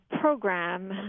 program